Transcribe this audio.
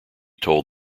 told